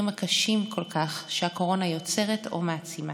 הקשים כל כך שהקורונה יוצרת או מעצימה.